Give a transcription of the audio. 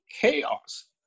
chaos